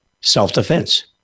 self-defense